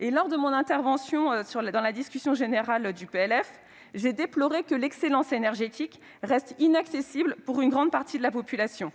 Lors de mon intervention dans la discussion générale de ce projet de loi de finances (PLF), j'ai déploré que l'excellence énergétique reste inaccessible pour une grande partie de la population ;